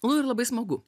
nu ir labai smagu